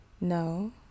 no